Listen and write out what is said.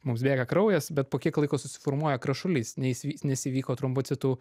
mums bėga kraujas bet po kiek laiko susiformuoja krešulys nes į nes įvyko trombocitų